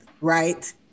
right